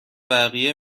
بقیه